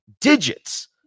digits